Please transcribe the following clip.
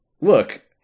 look